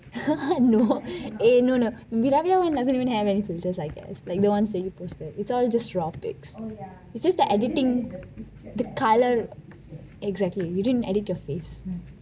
no meravi doesn't even have any filters like that like the ones you posted is all just graphics is that you didn't edit the colour of the ~ exactly we didnt edit your face